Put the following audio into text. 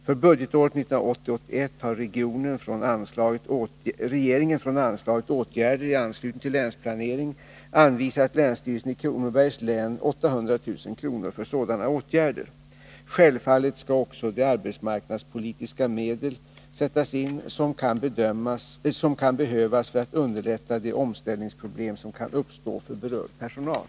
För budgetåret 1980/81 har regeringen från anslaget Åtgärder i anslutning till länsplanering anvisat länsstyrelsen i Kronobergs län 800 000 kr. för sådana åtgärder. Självfallet skall också de arbetsmarknadspolitiska medel sättas in som kan behövas för att underlätta de omställningsproblem som kan uppstå för berörd personal.